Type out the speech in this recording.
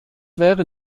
wäre